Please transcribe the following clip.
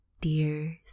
dear